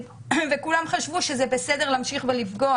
וכולם חשבו שזה בסדר להמשיך ולפגוע